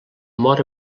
mor